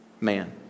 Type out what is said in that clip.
man